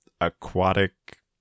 aquatic